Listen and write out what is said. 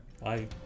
Bye